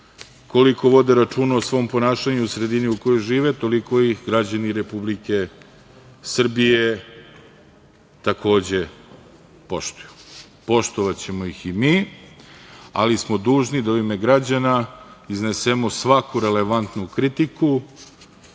koliko vode računa o svom ponašanju u sredini u kojoj žive, toliko ih građani Republike Srbije takođe poštuju. Poštovaćemo ih i mi, ali smo dužni da u ime građana iznesemo svaku relevantnu kritiku. Što